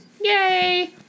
Yay